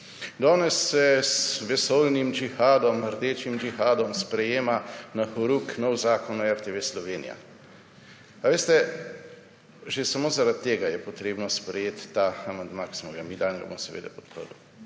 Danes se z vesoljnim džihadom, rdečim džihadom sprejema na horuk novi zakon o RTV Slovenija. Veste, že samo zaradi tega je treba sprejeti ta amandma, ki smo ga mi dali in ga bom seveda podprl.